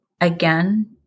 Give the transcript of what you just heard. again